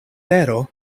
tero